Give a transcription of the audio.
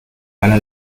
para